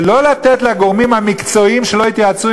ולא לתת לגורמים המקצועיים שלא התייעצו